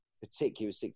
particularly